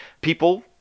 people